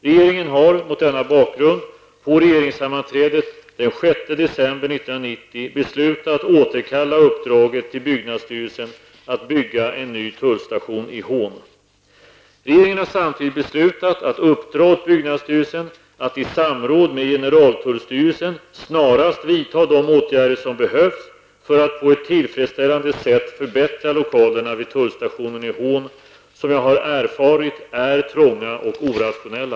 Regeringen har, mot denna bakgrund, på regeringssammanträdet den 6 december 1990 beslutat återkalla uppdraget till byggnadsstyrelsen att bygga en ny tullstation i Hån. Regeringen har samtidigt beslutat att uppdra åt byggnadsstyrelsen att i samråd med generaltullstyrelsen snarast vidta de åtgärder som behövs för att på ett tillfredsställande sätt förbättra lokalerna vid tullstationen i Hån, som jag har erfarit är trånga och orationella.